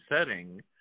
setting